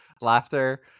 laughter